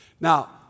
Now